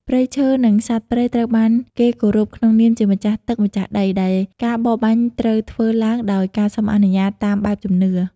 ព្រៃឈើ និងសត្វព្រៃត្រូវបានគេគោរពក្នុងនាមជាម្ចាស់ទឹកម្ចាស់ដី ដែលការបរបាញ់ត្រូវធ្វើឡើងដោយការសុំអនុញ្ញាតតាមបែបជំនឿ។